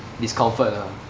discomfort ah